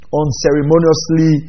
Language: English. unceremoniously